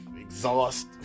exhaust